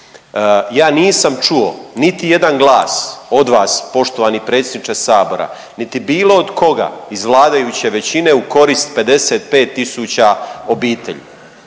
Ja nisam čuo niti jedan glas od vas poštovani predsjedniče Sabora niti bilo od koga iz vladajuće većine u korist 55000 obitelji.